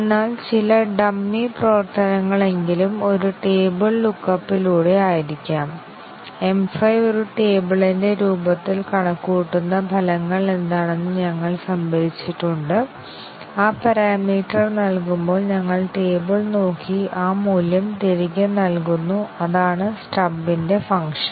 എന്നാൽ ചില ഡമ്മി പ്രവർത്തനങ്ങളെങ്കിലും ഒരു ടേബിൾ ലുക്കപ്പിലൂടെ ആയിരിക്കാം M 5 ഒരു ടേബിൾ ന്റ്റെ രൂപത്തിൽ കണക്കുകൂട്ടുന്ന ഫലങ്ങൾ എന്താണെന്ന് ഞങ്ങൾ സംഭരിച്ചിട്ടുണ്ട് ആ പാരാമീറ്റർ നൽകുമ്പോൾ ഞങ്ങൾ ടേബിൾ നോക്കി ആ മൂല്യം തിരികെ നൽകുന്നു അതാണ് സ്റ്റബ് ന്റ്റെ ഫംഗ്ഷൻ